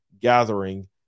Gathering